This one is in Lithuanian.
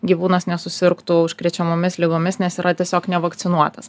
gyvūnas nesusirgtų užkrečiamomis ligomis nes yra tiesiog nevakcinuotas